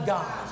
God